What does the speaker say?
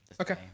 Okay